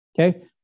Okay